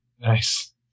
Nice